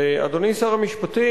אדוני שר המשפטים,